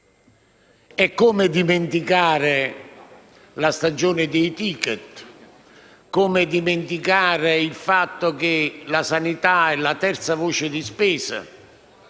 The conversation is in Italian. Come dimenticare la stagione dei *ticket*? Come dimenticare il fatto che la sanità è la terza voce di spesa